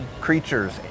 creatures